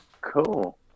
Cool